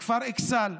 בכפר אכסל,